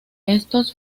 estos